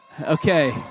Okay